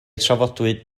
trafodwyd